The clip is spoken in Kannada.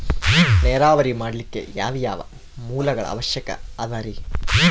ನೇರಾವರಿ ಮಾಡಲಿಕ್ಕೆ ಯಾವ್ಯಾವ ಮೂಲಗಳ ಅವಶ್ಯಕ ಅದರಿ?